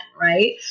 right